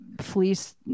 fleece